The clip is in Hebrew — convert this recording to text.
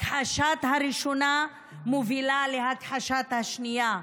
הכחשת הראשונה מובילה להכחשת השנייה.